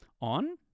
on